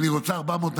אני רוצה 400 ניידות.